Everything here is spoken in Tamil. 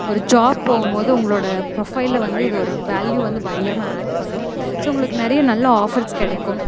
ஒரு ஜாப் போகபோது உங்களோடய ப்ரொஃபைல்ல வந்து இது ஒரு வேல்யூ வந்து பயங்கரமாக ஆட் பண்ணணும் ஸோ உங்களுக்கு நிறைய நல்ல ஆஃபர்ஸ் கிடைக்கும்